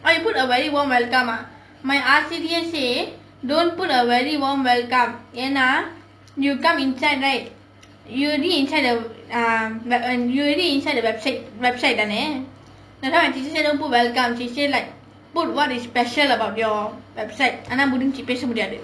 oh you put a very warm welcome ah my R_C_D_A say don't put a very warm welcome ஏன்னா:yaennaa you come inside right you already inside the ah you already inside the website தானே:thaanae that time she say don't put welcome she say like put what is special about your website